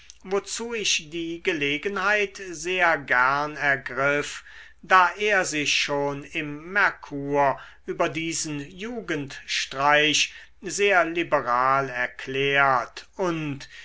wozu ich die gelegenheit sehr gern ergriff da er sich schon im merkur über diesen jugendstreich sehr liberal erklärt und